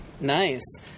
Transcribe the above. Nice